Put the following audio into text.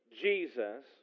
Jesus